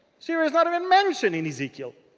syria is not even mentioned in ezekiel.